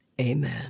Amen